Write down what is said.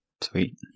Sweet